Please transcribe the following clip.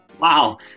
Wow